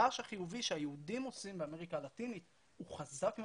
הרעש החיובי שהיהודים עושים באמריקה הלטינית הוא חזק מאוד,